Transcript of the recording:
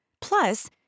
plus